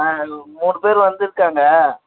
ஆ இது மூணு பேர் வந்திருக்காங்க